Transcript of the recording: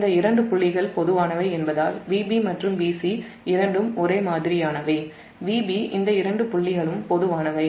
இந்த இரண்டு புள்ளிகள் பொதுவானவை என்பதால் Vb மற்றும் Vc இரண்டும் ஒரே மாதிரியானவை Vb இந்த Vc க்கு சமம் இரண்டு புள்ளிகளும் பொதுவானவை